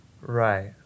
right